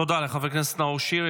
תודה לחבר הכנסת נאור שירי.